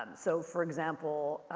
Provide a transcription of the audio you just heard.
so for example,